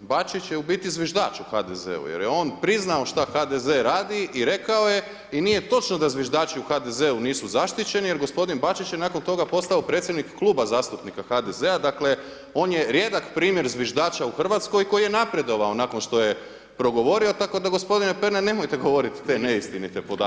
Bačić je u biti zviždač u HDZ-u, jer je on priznao šta HDZ radi i rekao je, i nije točno da zviždači u HDZ-u nisu zaštićeni, jer g. Bačić je nakon toga postao predsjednik Kluba zastupnika HDZ-a dakle, on je rijedak primjer zviždača u Hrvatskoj, koji je napredovao, nakon što je progovorio, tako da g. Pernar, nemojte govoriti te neistinite podatke.